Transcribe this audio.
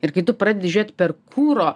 ir kai tu pradedi žiūrėt per kuro